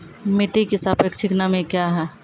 मिटी की सापेक्षिक नमी कया हैं?